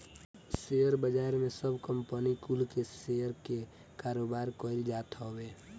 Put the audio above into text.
share बाजार में सब कंपनी कुल के शेयर के कारोबार कईल जात हवे